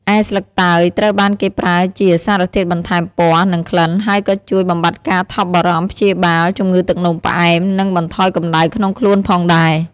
ឯ ស្លឹកតើយ ត្រូវបានគេប្រើជា សារធាតុបន្ថែមពណ៌ និង ក្លិន ហើយក៏ជួយ បំបាត់ការថប់បារម្ភ ព្យាបាល ជំងឺទឹកនោមផ្អែម និង បន្ថយកម្ដៅក្នុងខ្លួន ផងដែរ។